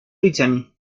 brittany